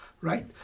Right